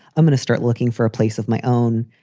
i'm going to start looking for a place of my own.